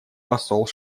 посол